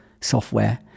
software